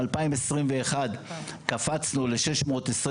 ב-2021 קפצנו ל-621,